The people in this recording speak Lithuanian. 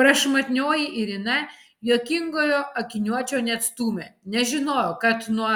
prašmatnioji irina juokingojo akiniuočio neatstūmė nes žinojo kad nuo